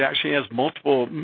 actually has multiple